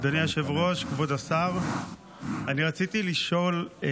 אדוני היושב-ראש, כבוד השר, רציתי לשאול.